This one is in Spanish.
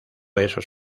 esos